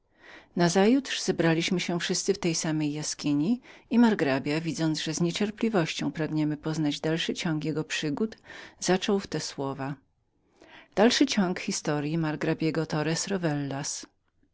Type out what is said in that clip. nazajutrz zebraliśmy się wszyscy do tej samej jaskini i margrabia widząc że z niecierpliwością pragnęliśmy dowiedzieć się o dalszym ciągu jego przygód zaczął w te słowa